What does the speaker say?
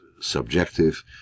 subjective